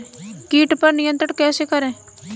कीट पर नियंत्रण कैसे करें?